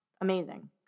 amazing